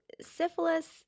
syphilis